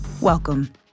welcome